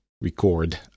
record